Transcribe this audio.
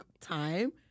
time